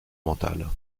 mentale